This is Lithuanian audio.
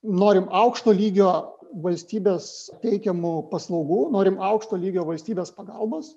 norim aukšto lygio valstybės teikiamų paslaugų norim aukšto lygio valstybės pagalbos